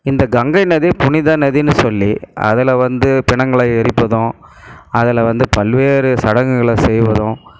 இந்த கங்கை நதி புனித நதினு சொல்லி அதில் வந்து பிணங்களை எரிப்பதும் அதில் வந்து பல்வேறு சடங்குகளை செய்வதும்